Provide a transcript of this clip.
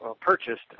purchased